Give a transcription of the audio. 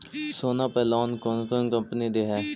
सोना पर लोन कौन कौन कंपनी दे है?